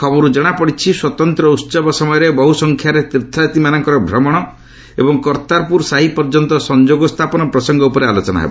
ଖବରର୍ ଜଣାପଡ଼ିଛି ସ୍ୱତନ୍ତ୍ର ଉତ୍ସବ ସମୟରେ ବହୃ ସଂଖ୍ୟାରେ ତୀର୍ଥଯାତ୍ରୀମାନଙ୍କର ଭ୍ରମଣ ଏବଂ କର୍ତ୍ତାରପୁର ସାହିବ୍ ପର୍ଯ୍ୟନ୍ତ ସଂଯୋଗ ସ୍ଥାପନ ପ୍ରସଙ୍ଗ ଉପରେ ଆଲୋଚନା ହେବ